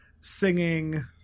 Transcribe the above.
singing